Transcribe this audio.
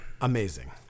Amazing